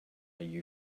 you